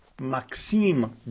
Maxim